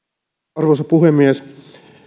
arvoisa puhemies